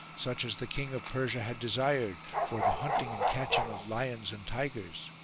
such as the king of persia had desired, for the hunting and catching of lions and tigers.